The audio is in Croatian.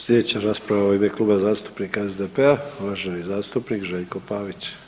Slijedeća rasprava u ime Kluba zastupnika SDP-a, uvaženi zastupnik Željko Pavić.